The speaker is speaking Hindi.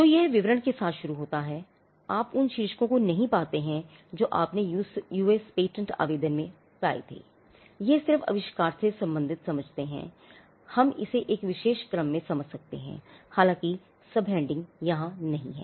तो यह विवरण के साथ शुरू होता है आप उन शीर्षकों को नहीं पाते हैं जो आपने यूएस पेटेंट यहां नहीं हैं